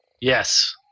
Yes